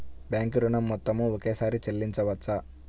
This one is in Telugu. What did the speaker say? బ్యాంకు ఋణం మొత్తము ఒకేసారి చెల్లించవచ్చా?